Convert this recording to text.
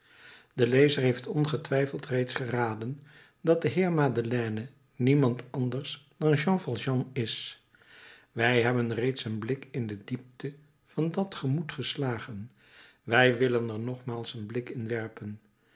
de lezer heeft ongetwijfeld reeds geraden dat de heer madeleine niemand anders dan jean valjean is wij hebben reeds een blik in de diepte van dat gemoed geslagen wij willen er nogmaals een blik in werpen